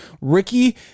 Ricky